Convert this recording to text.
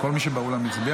כל מי שבאולם הצביע.